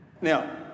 Now